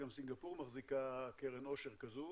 גם סינגפור מחזיקה קרן עושר כזו.